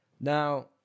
Now